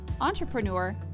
entrepreneur